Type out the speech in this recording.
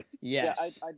Yes